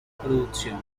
producción